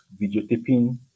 videotaping